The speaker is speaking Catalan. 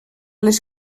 les